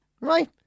right